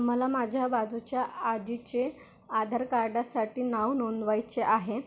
मला माझ्या बाजूच्या आजीचे आधार कार्डासाठी नाव नोंदवायचे आहे